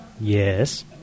Yes